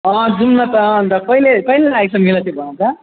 अँ जाऔँ न त अनि त कहिले कहिले लाग्छ मेला त्यो भन त